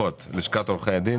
ללשכת עורכי הדין.